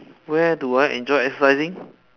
where do I enjoy exercising